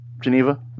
Geneva